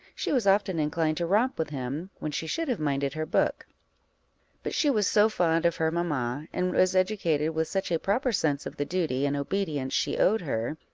she was often inclined to romp with him, when she should have minded her book but she was so fond of her mamma, and was educated with such a proper sense of the duty and obedience she owed her,